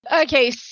Okay